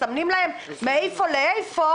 מסמנים להם מאיפה לאיפה?